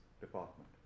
Department